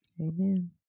Amen